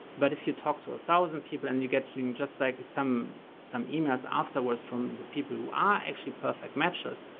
but if you talk to a thousand people and you get just like some, some emails afterwards from the people who are actually perfect matches,